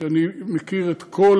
שאני מכיר את כל